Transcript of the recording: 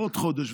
ועוד חודש,